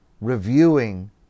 reviewing